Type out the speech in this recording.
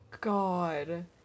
God